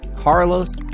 Carlos